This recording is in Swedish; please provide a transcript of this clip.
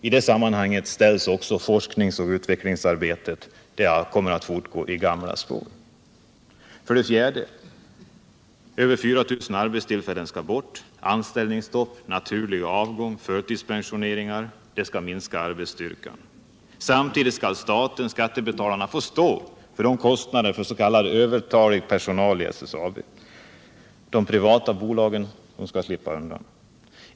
I det sammanhanget kommer också forskningsoch utvecklingsarbetet att fortgå i gamla spår. För det fjärde skall över 4 000 arbetstillfällen bort. Anställningsstopp, naturlig avgång och förtidspensioneringar skall minska arbetsstyrkan. Samtidigt skall staten — skattebetalarna — få stå för kostnaderna för s.k. övertalig personal vid SSAB. De privata bolagen skall slippa undan.